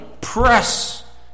press